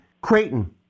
Creighton